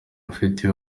mfite